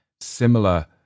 similar